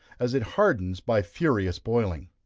as it hardens by furious boiling.